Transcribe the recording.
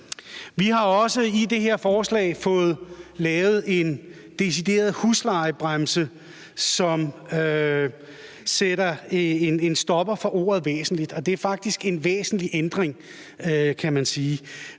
Vi har også i det her forslag fået lavet en decideret huslejebremse, som sætter en stopper for ordet væsentligt. Og det er faktisk en væsentlig ændring, kan man sige,